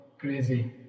crazy